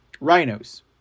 Rhinos